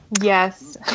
Yes